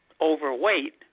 overweight